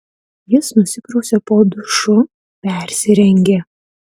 jis nusiprausė po dušu persirengė